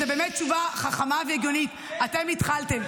זאת באמת תשובה חכמה והגיונית, "אתם התחלתם".